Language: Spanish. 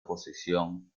posición